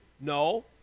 no